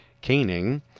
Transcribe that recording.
caning